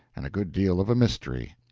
and a good deal of a mystery.